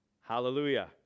Hallelujah